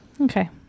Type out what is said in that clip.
Okay